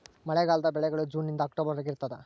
ಮಳೆಗಾಲದ ಬೆಳೆಗಳು ಜೂನ್ ನಿಂದ ಅಕ್ಟೊಬರ್ ವರೆಗೆ ಇರ್ತಾದ